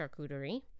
charcuterie